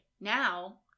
now